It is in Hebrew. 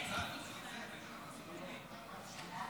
שלום,